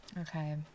Okay